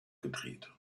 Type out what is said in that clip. gedreht